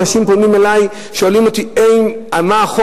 אנשים פונים אלי ושואלים אותי אם החוק